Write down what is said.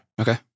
okay